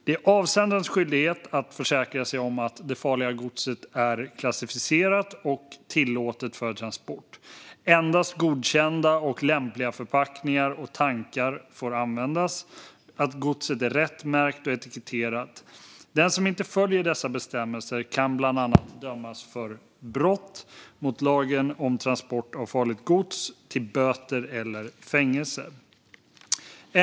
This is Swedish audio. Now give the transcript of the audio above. Det är avsändarens skyldighet att försäkra sig om att det farliga godset är rätt klassificerat och tillåtet för transport, att endast godkända och lämpliga förpackningar och tankar används samt att godset är rätt märkt och etiketterat. Den som inte följer dessa bestämmelser kan bland annat dömas för brott mot lagen om transport av farligt gods till böter eller fängelse.